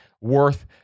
worth